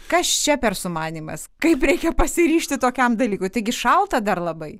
kas čia per sumanymas kaip reikia pasiryžti tokiam dalykui taigi šalta dar labai